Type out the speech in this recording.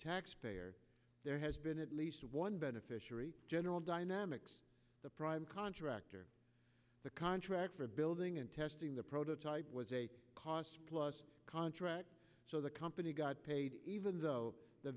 taxpayer there has been at least one beneficiary general dynamics the prime contractor the contract for building and testing the prototype was a cost plus contracts so the company got paid even though the